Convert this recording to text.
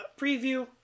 preview